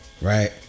Right